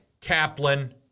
Kaplan